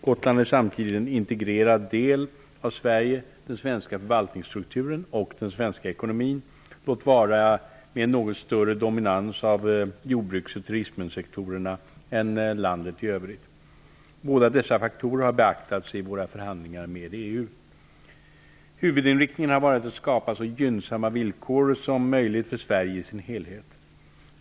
Gotland är samtidigt en integrerad del av Sverige, den svenska förvaltningsstrukturen och den svenska ekonomin -- låt vara med en något större dominans av jordbruks och turismsektorerna än landet i övrigt. Båda dessa faktorer har beaktats i våra förhandlingar med EU. Huvudinriktningen har varit att skapa så gynnsamma villkor som möjligt för Sverige i sin helhet.